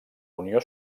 unió